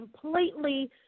completely